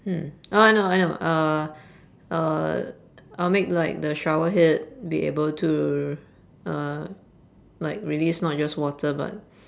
hmm oh I know I know uh uh I'll make like the shower head be able to uh like release not just water but